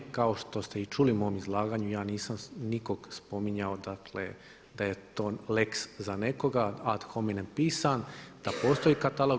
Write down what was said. Kao što ste i čuli u mom izlaganju ja nisam nikog spominjao, dakle da je to lex za nekoga, ad homine pisan, da postoji katalog.